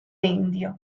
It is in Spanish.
indio